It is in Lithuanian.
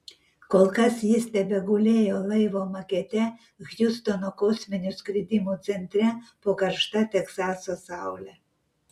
kol kas jis tebegulėjo laivo makete hjustono kosminių skridimų centre po karšta teksaso saule